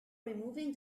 removing